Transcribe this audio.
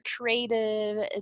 creative